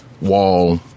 wall